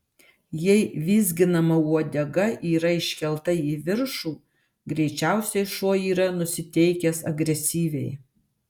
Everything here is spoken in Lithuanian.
jei vizginama uodega yra iškelta į viršų greičiausiai šuo yra nusiteikęs agresyviai